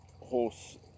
Horse